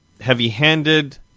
heavy-handed